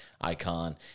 icon